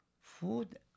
food